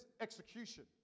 execution